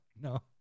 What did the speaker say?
no